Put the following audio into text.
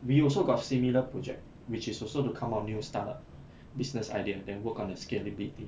we also got similar project which is also to come up new start up business idea then work on the scalability